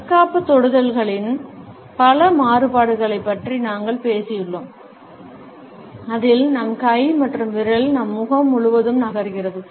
தற்காப்புத் தொடுதல்களின் பல மாறுபாடுகளைப் பற்றி நாங்கள் பேசியுள்ளோம் அதில் நம் கை மற்றும் விரல் நம் முகம் முழுவதும் நகர்கிறது